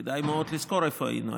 כדאי מאוד לזכור איפה היינו.